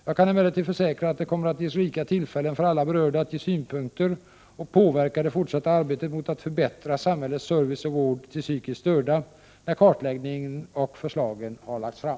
Jag kan emellertid försäkra att det kommer att ges rika tillfällen för alla berörda att ge synpunkter och påverka det fortsatta arbetet mot att förbättra samhällets service och vård till psykiskt störda, när kartläggningen och förslagen har lagts fram.